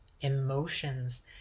emotions